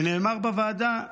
ונאמר בוועדה,